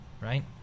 right